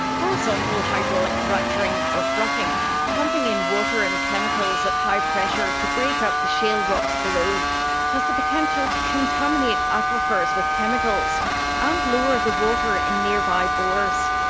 horizontal hydraulic fracturing or fracking pumping in water and chemicals at high pressure to break up the shale rocks below has the potential to contaminate aquifers with chemicals and um lower the water in nearby bores.